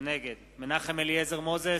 נגד מנחם אליעזר מוזס,